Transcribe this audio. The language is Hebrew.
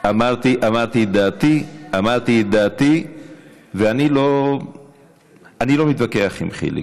אמרתי את דעתי, ואני לא מתווכח עם חיליק.